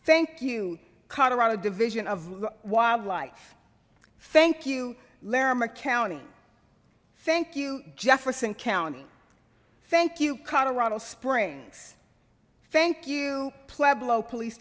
thank you colorado division of wildlife thank you larimer county thank you jefferson county thank you colorado springs thank you pueblo police